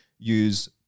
use